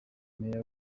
meya